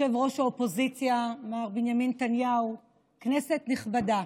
ראש האופוזיציה מר בנימין נתניהו, כנסת נכבדה,